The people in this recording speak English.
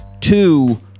two